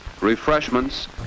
refreshments